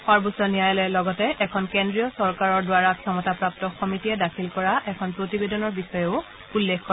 সৰ্বোচ্চ ন্যায়ালয়ে লগতে এখন কেন্দ্ৰীয় চৰকাৰৰ দ্বাৰা ক্ষমতাপ্ৰাপ্ত সমিতিয়ে দাখিল কৰা এখন প্ৰতিবেদনৰ বিষয়েও উল্লেখ কৰে